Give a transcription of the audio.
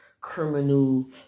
criminal